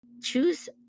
Choose